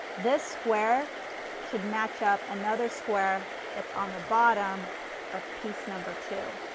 this square should match up another square that's on the bottom of piece number two.